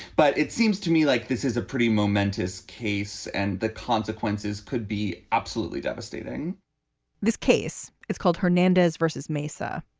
but it seems to me like this is a pretty momentous case and the consequences could be absolutely devastating this case is called hernandez versus mesa.